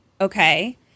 okay